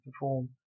perform